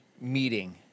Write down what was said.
meeting